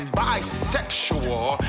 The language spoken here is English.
bisexual